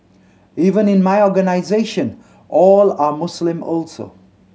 even in my organisation all are Muslim also